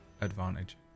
advantage